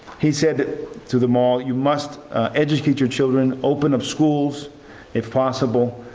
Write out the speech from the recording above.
he said to them all, you must educate your children, open up schools if possible,